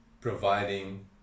providing